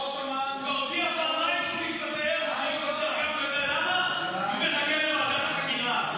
מי שהביא אותנו למצב הזה צריך להתפטר.